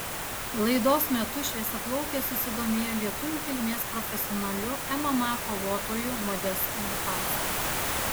laidos metu šviesiaplaukė susidomėjo lietuvių kilmės profesionaliu mma kovotoju modestu bukausku